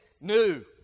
new